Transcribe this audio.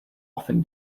often